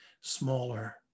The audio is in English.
smaller